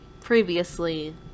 previously